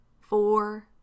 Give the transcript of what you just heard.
four